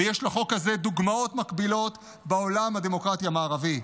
ויש לחוק הזה דוגמאות מקבילות בעולם הדמוקרטי המערבי: